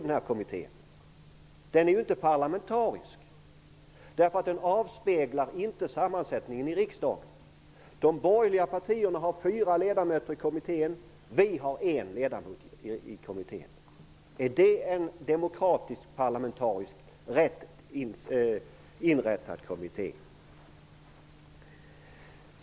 Den är inte parlamentariskt sammansatt, därför att den avspeglar inte sammansättningen i riksdagen. De borgerliga partierna har fyra ledamöter i kommittén medan vi har en ledamot. Är det en demokratiskt och parlamentariskt rätt sammansatt kommitté?